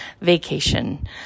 Vacation